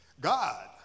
God